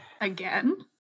Again